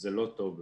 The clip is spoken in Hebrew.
זה לא טוב להן,